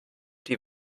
die